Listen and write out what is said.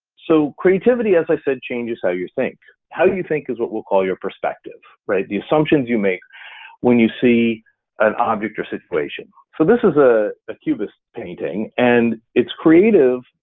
so creativity, as i said, changes how you think, how you think is what we'll call your perspective, right, the assumptions you make when you see an object or situation. so this is a ah cubist painting, and it's creative,